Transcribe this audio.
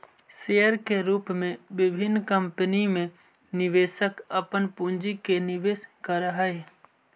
share के रूप में विभिन्न कंपनी में निवेशक अपन पूंजी के निवेश करऽ हइ